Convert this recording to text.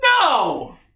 no